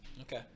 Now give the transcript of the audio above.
Okay